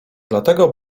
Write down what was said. dlatego